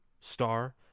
star